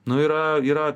nu yra yra